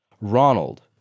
Ronald